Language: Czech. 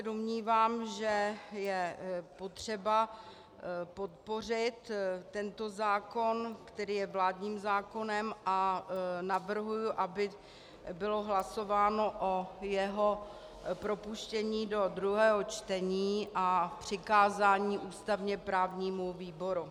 Domnívám se, že je potřeba podpořit tento zákon, který je vládním zákonem, a navrhuji, aby bylo hlasováno o jeho propuštění do druhého čtení a přikázání ústavněprávnímu výboru.